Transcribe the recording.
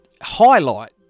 highlight